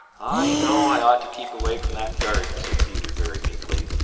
i know i ought to keep away from that garden, said peter very meekly,